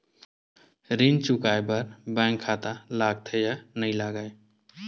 ऋण चुकाए बार बैंक खाता लगथे या नहीं लगाए?